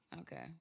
Okay